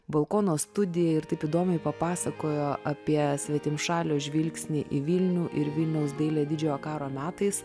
balkono studiją ir taip įdomiai papasakojo apie svetimšalio žvilgsnį į vilnių ir vilniaus dailė didžiojo karo metais